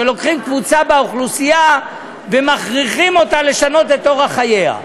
שלוקחים קבוצה באוכלוסייה ומכריחים אותה לשנות את אורח חייה.